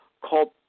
called